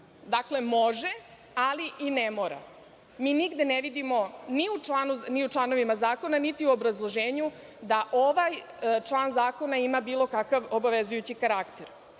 Dakle, može, ali i ne mora. Mi nigde ne vidimo ni u članovima zakona, niti u obrazloženju da ovaj član zakona ima bilo kakav obavezujući karakter. Takođe,